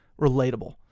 relatable